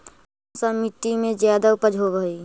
कोन सा मिट्टी मे ज्यादा उपज होबहय?